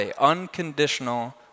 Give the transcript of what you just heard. unconditional